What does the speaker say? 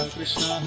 Krishna